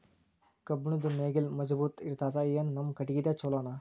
ಕಬ್ಬುಣದ್ ನೇಗಿಲ್ ಮಜಬೂತ ಇರತದಾ, ಏನ ನಮ್ಮ ಕಟಗಿದೇ ಚಲೋನಾ?